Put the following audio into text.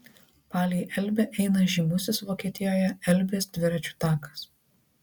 palei elbę eina žymusis vokietijoje elbės dviračių takas